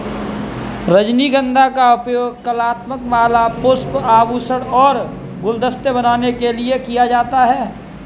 रजनीगंधा का उपयोग कलात्मक माला, पुष्प, आभूषण और गुलदस्ते बनाने के लिए किया जाता है